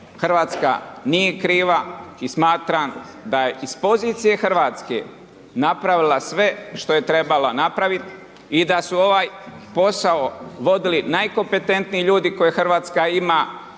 Hrvatska nije kriva i smatram da je iz pozicije Hrvatske, napravila sve što je trebala napraviti i da su ovaj posao vodili najkompetentniji ljudi koje Hrvatska ima,